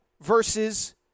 versus